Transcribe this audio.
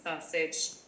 sausage